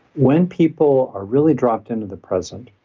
when people are really dropped into the present,